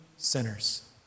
sinners